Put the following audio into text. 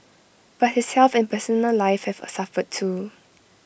but his health and personal life have suffered too